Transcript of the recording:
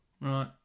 right